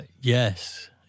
Yes